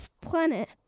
planet